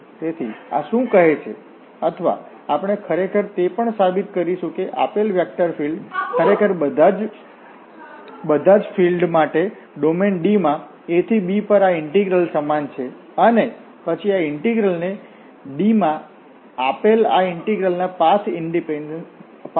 તેથી આ શું કહે છે અથવા આપણે ખરેખર તે પણ સાબિત કરીશું કે આપેલ વેક્ટર ફીલ્ડ ખરેખર બધા જ ફિલ્ડ માટે ડોમેન D માં A થી B પર આ ઇન્ટિગ્રલ સમાન છે અને પછી આ ઇન્ટિગ્રલને D માં આપેલ આ ઇન્ટિગ્રલની પાથ ઈંડિપેંડન્શ કહેવામાં આવે છે